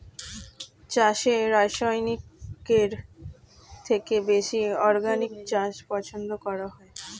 চাষে রাসায়নিকের থেকে বেশি অর্গানিক চাষ পছন্দ করা হয়